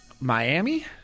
Miami